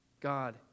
God